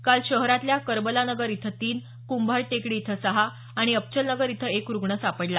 काल शहरातल्या करबला नगर इथं तीन कुंभार टेकडी इथं सहा आणि अबचलनगर इथं एक रुग्ण सापडला